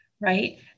right